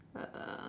uh